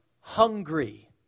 hungry